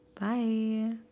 Bye